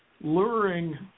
luring